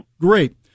Great